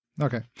Okay